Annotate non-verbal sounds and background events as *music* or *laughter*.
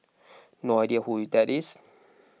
*noise* no idea who that is